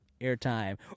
airtime